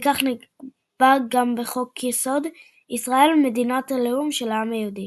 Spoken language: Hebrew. וכך נקבע גם בחוק יסוד ישראל – מדינת הלאום של העם היהודי.